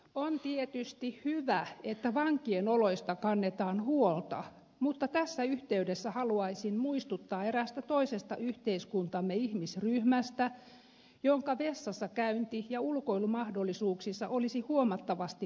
on tietysti hyvä että vankien oloista kannetaan huolta mutta tässä yhteydessä haluaisin muistuttaa eräästä toisesta yhteiskuntamme ihmisryhmästä jonka vessassakäynti ja ulkoilumahdollisuuksissa olisi huomattavasti parantamisen varaa